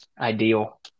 ideal